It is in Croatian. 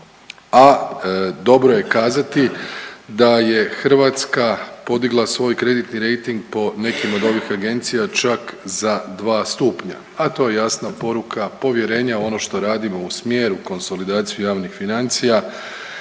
a dobro je kazati da je Hrvatska podigla svoj kreditni rejting po nekim od ovih agencija čak za 2 stupnja, a to je jasna poruka povjerenja u ono što radimo u smjeru konsolidacije javnih financija,